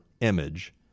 image